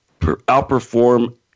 outperform